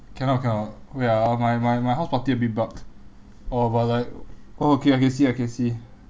cannot cannot wait ah my my my house party a bit bugged oh but like oh okay I can see I can see